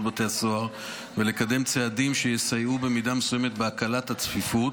בתי הסוהר ולקדם צעדים שיסייעו במידה מסוימת בהקלת הצפיפות,